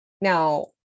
Now